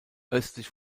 östlich